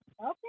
Okay